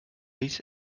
ells